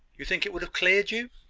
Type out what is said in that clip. you think it would have cleared you.